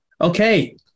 Okay